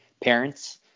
parents